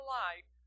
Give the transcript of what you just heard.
life